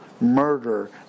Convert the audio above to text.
murder